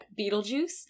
Beetlejuice